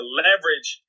leverage